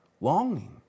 longing